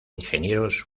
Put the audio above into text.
ingenieros